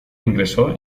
ingresó